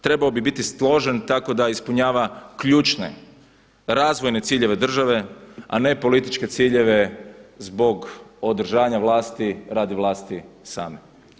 Trebao bi biti složen tako da ispunjava ključne, razvojne ciljeve države a ne političke ciljeve zbog održanja vlasti radi vlasti same.